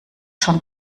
schon